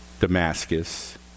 Damascus